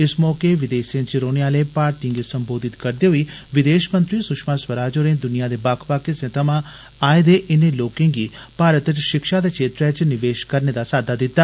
इस माक्े विदेसे च रोहने आले भारतीये गी सम्बोधित करदे होई विदेष मंत्री सुशमा स्वराज होरें दुनिया दे बक्ख बक्ख हिस्से थमां आए दे इनें लोकें गी भारत च षिक्षा दे छेत्रै च निवेष करने दा साद्दा दिता